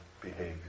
behavior